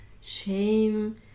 shame